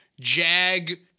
Jag